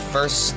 First